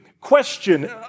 question